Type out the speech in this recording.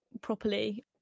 properly